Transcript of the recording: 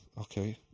okay